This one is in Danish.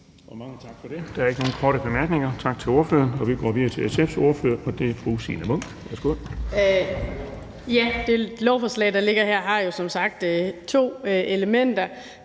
Mange tak for det. Der er ikke nogen korte bemærkninger. Tak til ordføreren. Vi går videre til SF's ordfører, og det er fru Signe Munk. Værsgo. Kl. 11:32 (Ordfører) Signe Munk (SF): Lovforslaget, der ligger her, har som sagt to elementer,